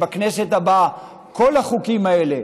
שבכנסת הבאה כל החוקים האלה,